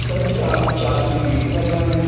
ਚਲੋ ਜੀ ਚਾਵ ਚਾਵਲ ਨੇਗੇ ਇੱਕ ਤਾਂ ਆਪਾਂ